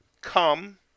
come